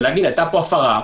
ולהגיד הייתה פה הפרה,